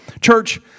Church